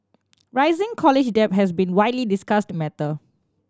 rising college debt has been widely discussed matter